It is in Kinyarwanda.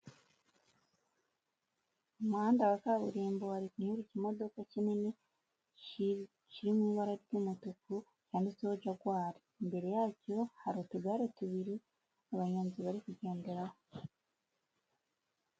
Mu muhanda wa kaburimbo hari kunyura ikimodokadoka kinini kiri mu ibara ry'umutuku cyanditseho Jagwari imbere yacyo hari utugare tubiri abanyonzi bari kugenderaho.